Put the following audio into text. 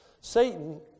Satan